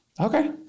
Okay